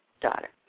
daughter